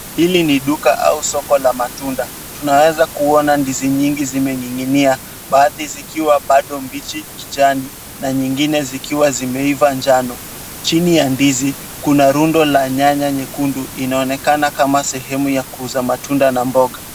Hili ni duka au soko la matunda. Tunaeza kuona ndizi nyingi zimening'inia, baadhi zikiwa bado mbichi kijani na nyingine zikiwa zimeiva njano. Chini ya ndizi, kuna rundo la nyanya nyekundu. Inaonekana kama sehemu ya kuuza matunda na mboga.